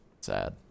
Sad